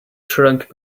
shrunk